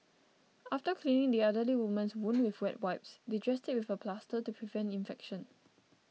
after cleaning the elderly woman's wound with wet wipes they dressed it with a plaster to prevent infection